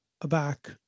aback